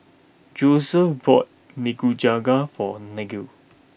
Josef bought Nikujaga for Gael